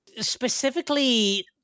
specifically